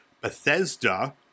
Bethesda